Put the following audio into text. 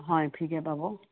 হয় ফ্ৰীকে পাব